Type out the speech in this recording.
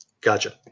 Gotcha